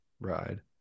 ride